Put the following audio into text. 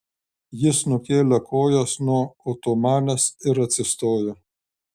jis nukėlė kojas nuo otomanės ir atsistojo